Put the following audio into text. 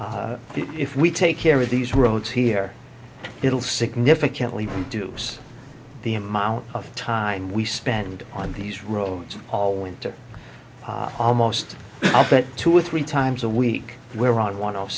patching if we take care of these roads here it'll significantly reduce the amount of time we spend on these roads all winter almost all but two or three times a week we're on one of